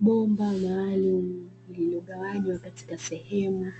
Bomba maalumu, limegawanywa katika sehemu